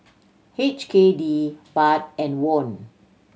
H K D Baht and Won